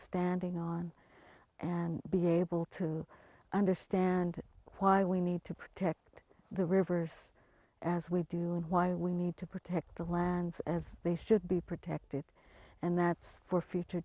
standing on and be able to understand why we need to protect the reverse as we do and why we need to protect the lands as they should be protected and that's for future